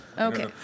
Okay